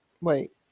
Wait